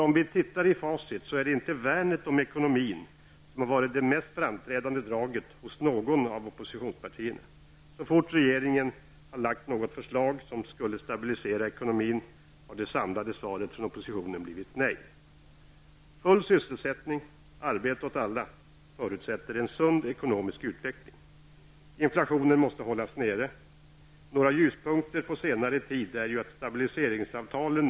Om vi tittar i facit, ser vi att det inte hos något av oppositionspartierna är värnet av ekonomin som har varit det mest framträdande draget. Så fort regeringen har lagt fram ett förslag som innebär att ekonomin skulle stabiliseras har det samlade svaret från oppositionen blivit nej. Full sysselsättning -- arbete åt alla -- förutsätter en sund ekonomisk utveckling. Inflationen måste hållas nere. Några ljuspunkter på senare tid är att vi börjar se utfallet av stabiliseringsavtalen.